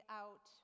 out